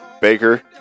Baker